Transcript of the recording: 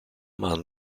man